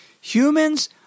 Humans